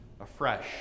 afresh